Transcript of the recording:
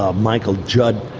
ah michael judd,